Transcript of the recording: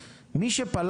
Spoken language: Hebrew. אז אני אומר עוד פעם,